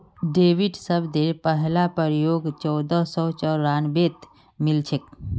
debit शब्देर पहला प्रयोग चोदह सौ चौरानवेत मिलछेक